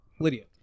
lydia